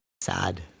Sad